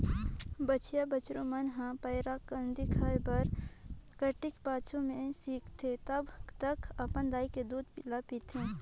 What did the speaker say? बछरु बछिया मन ह पैरा, कांदी खाए बर चटिक पाछू में सीखथे तब तक अपन दाई के दूद ल पीथे